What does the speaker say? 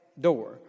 door